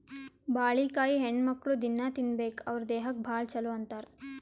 ಬಾಳಿಕಾಯಿ ಹೆಣ್ಣುಮಕ್ಕ್ಳು ದಿನ್ನಾ ತಿನ್ಬೇಕ್ ಅವ್ರ್ ದೇಹಕ್ಕ್ ಭಾಳ್ ಛಲೋ ಅಂತಾರ್